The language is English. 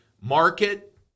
market